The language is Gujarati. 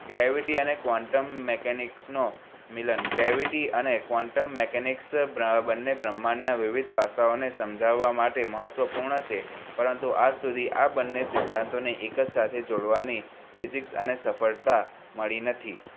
ગ્રેવીટી અને કોન્ટમ મેકેનિક્સનો મિલન ગ્રેવીટી અને કોન્ટમ મેકેનિક્સ બંને બ્રહ્માંડના વિવિધ પાસાઓને સમજાવવા માટે મહત્વપૂર્ણ છે પરંતુ આજ સુધી આ બંને સિદ્ધાંતોને એક જ સાથે જોડવાની ફિજિક્સ અને સફળતા મળી નથી